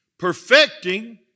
perfecting